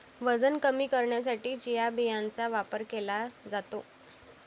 वजन कमी करण्यासाठी चिया बियांचा वापर केला जातो